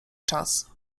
czas